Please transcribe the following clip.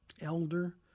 elder